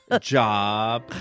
Job